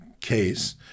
case